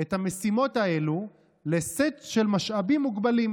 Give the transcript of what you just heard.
את המשימות האלה לסט של משאבים מוגבלים,